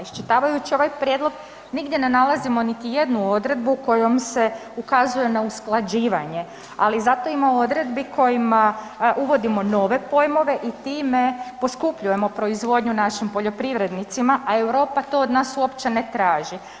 Iščitavajući ovaj prijedlog nigdje ne nalazimo niti jednu odredbu kojom se ukazuje na usklađivanje, ali zato ima odredbi kojima uvodimo nove pojmove i time poskupljujemo proizvodnju našim poljoprivrednicima, a Europa to od nas uopće ne traži.